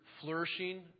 flourishing